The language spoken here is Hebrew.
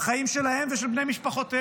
והחיים שלהם ושל בני משפחותיהם.